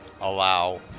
allow